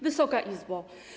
Wysoka Izbo!